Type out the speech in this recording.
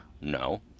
no